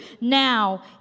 now